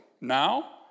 Now